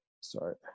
Sorry